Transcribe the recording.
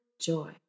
joy